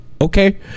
okay